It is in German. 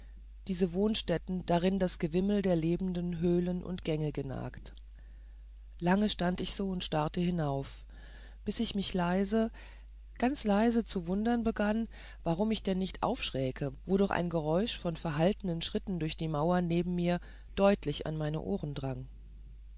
diese wohnstätten darein sich das gewimmel der lebenden höhlen und gänge genagt lange stand ich so und starrte hinauf bis ich mich leise ganz leise zu wundern begann warum ich denn nicht aufschräke wo doch ein geräusch von verhaltenen schritten durch die mauern neben mir deutlich an mein ohr drang